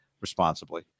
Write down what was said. responsibly